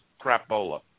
crapola